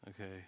Okay